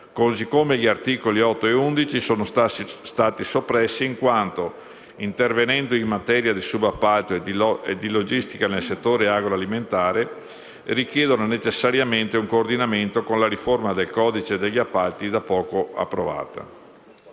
modo, gli articoli 8 e 11 sono stati soppressi in quanto, intervenendo in materia di subappalto e di logistica nel settore agroalimentare, richiedono necessariamente un coordinamento con la riforma del codice degli appalti da poco approvata.